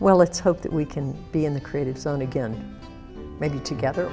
well let's hope that we can be in the creative zone again maybe together